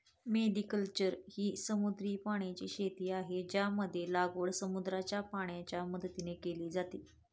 mariculture ही समुद्री पाण्याची शेती आहे, ज्यामध्ये लागवड समुद्राच्या पाण्याच्या मदतीने केली जाते